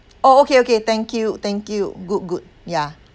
oh okay okay thank you thank you good good ya